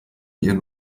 ihren